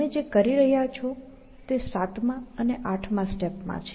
તમે જે કરી રહ્યાં છો તે સાતમા અને આઠમા સ્ટેપ માં છે